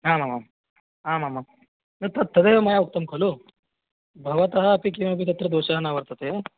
आमामाम् आमामां न तद् तदेव मया उक्तं खलु भवतः अपि किमपि तत्र दोषः न वर्तते